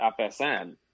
FSN